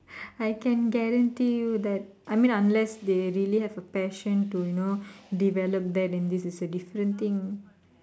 I can guarantee you that I mean unless they really have a passion to you know develop that this is a different thing